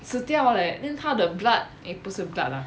死掉 leh then 他的 blood eh 不是 blood lah